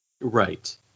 Right